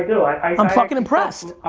i mean i'm fucking impressed.